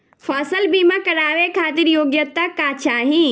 फसल बीमा करावे खातिर योग्यता का चाही?